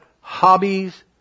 hobbies